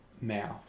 mouth